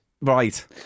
Right